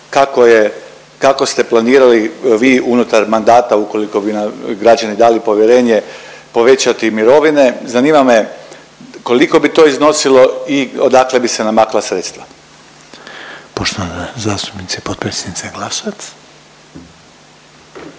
kako ste planirali vi unutar mandata ukoliko bi vam građani dali povjerenje povećati mirovine, zanima me koliko bi to iznosilo i odakle bi se namakla sredstva? **Reiner, Željko (HDZ)** Poštovana zastupnica i potpredsjednica Glasovac.